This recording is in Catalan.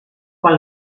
quan